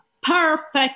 perfect